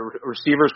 receivers